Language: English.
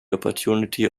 opportunity